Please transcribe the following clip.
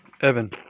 Evan